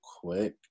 quick